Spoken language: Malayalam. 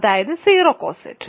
അതായത് 0 കോസെറ്റ്